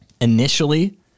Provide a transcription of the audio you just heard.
Initially